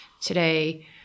today